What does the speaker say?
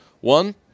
One